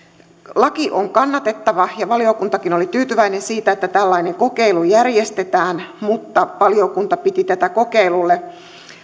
laki on kannatettava ja valiokuntakin oli tyytyväinen siitä että tällainen kokeilu järjestetään mutta valiokunta piti sitä aikaa jona tulokset pitäisi tulla kokeilulle